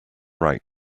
right